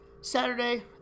Saturday